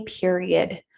period